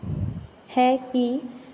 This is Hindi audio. है कि